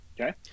Okay